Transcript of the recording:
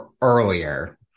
earlier